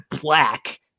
black